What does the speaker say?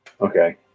Okay